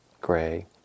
gray